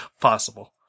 possible